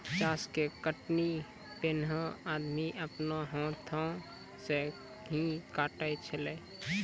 चास के कटनी पैनेहे आदमी आपनो हाथै से ही काटै छेलै